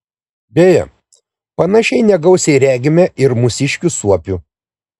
beje panašiai negausiai regime ir mūsiškių suopių